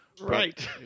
right